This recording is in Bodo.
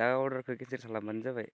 दा अर्डारखौ केनसेल खालामबानो जाबाय